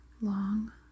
long